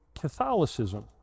Catholicism